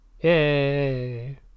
Yay